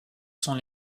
sont